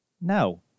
No